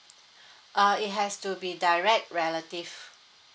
uh it has to be direct relative